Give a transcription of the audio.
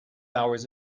hours